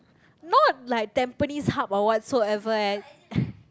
not like Tampines-Hub or whatsoever eh